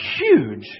huge